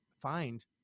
find